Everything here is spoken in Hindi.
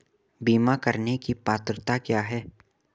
बीमा करने की पात्रता क्या है?